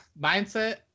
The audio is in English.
mindset